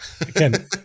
again